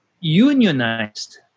unionized